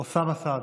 אוסאמה סעדי.